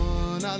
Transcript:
one